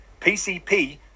PCP